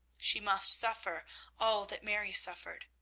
she must suffer all that mary suffered,